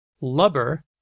Lubber